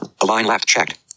Align-Left-Checked